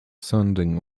sounding